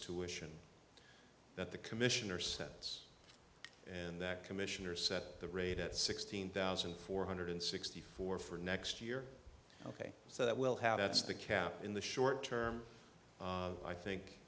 tuitions that the commissioner sets and that commissioner set the rate at sixteen thousand four hundred sixty four for next year ok so that will have that's the cap in the short term i think